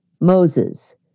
Moses